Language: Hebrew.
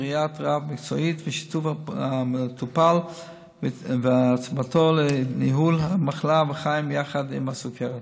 בראייה רב-מקצועית ושיתוף המטופל והעצמתו לניהול המחלה וחיים עם הסוכרת,